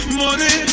money